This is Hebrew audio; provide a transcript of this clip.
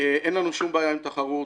אין לנו שום בעיה עם תחרות,